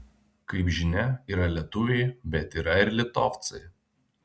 kaip žinia yra lietuviai bet yra ir litovcai